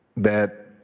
that